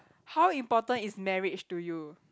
how important is marriage to you